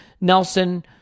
Nelson